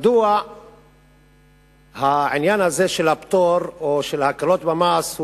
מדוע עניין של פטור או של הקלות במס הוא